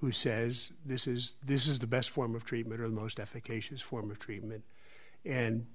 who says this is this is the best form of treatment or the most efficacious form of treatment and